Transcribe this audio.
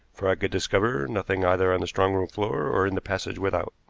for i could discover nothing either on the strong-room floor or in the passage without.